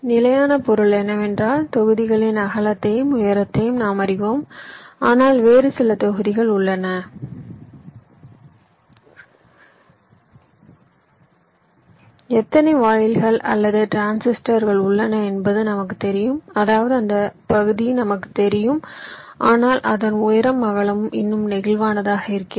நிலையான பொருள் என்னவென்றால் தொகுதிகளின் அகலத்தையும் உயரத்தையும் நாம் அறிவோம் ஆனால் வேறு சில தொகுதிகள் உள்ளன எத்தனை வாயில்கள் அல்லது டிரான்சிஸ்டர்கள் உள்ளன என்பது நமக்குத் தெரியும் அதாவது அந்த பகுதி நமக்குத் தெரியும் ஆனால் அதன் உயரமும் அகலமும் இன்னும் நெகிழ்வானதாக இருக்கிறது